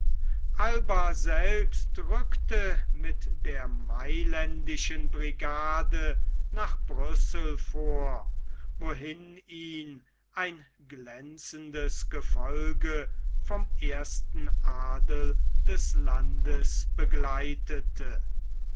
alba selbst rückte mit der mailändischen brigade nach brüssel vor wohin ihn ein glänzendes gefolge vom ersten adel des landes begleitete